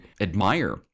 admire